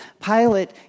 Pilate